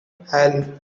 hell